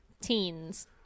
teens